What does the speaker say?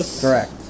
Correct